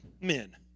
men